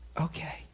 Okay